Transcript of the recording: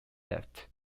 left